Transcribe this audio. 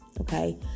okay